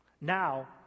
Now